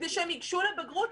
כדי שהם ייגשו לבגרות,